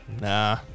nah